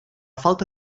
falta